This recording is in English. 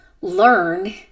learn